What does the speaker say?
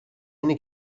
اینه